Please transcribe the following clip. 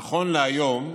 נכון להיום,